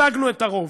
השגנו את הרוב,